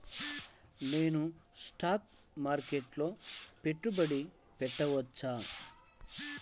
నేను స్టాక్ మార్కెట్లో పెట్టుబడి పెట్టవచ్చా?